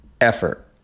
effort